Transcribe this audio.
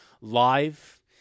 live